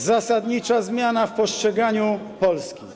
Zasadnicza zmiana w postrzeganiu Polski.